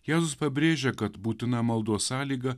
jėzus pabrėžia kad būtina maldos sąlyga